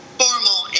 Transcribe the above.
formal